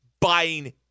buying